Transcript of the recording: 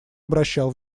обращал